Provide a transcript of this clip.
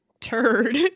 turd